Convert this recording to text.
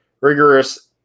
rigorous